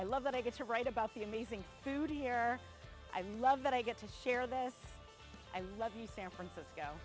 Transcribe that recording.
i love that i get to write about the amazing food here i love that i get to share this i love you san francisco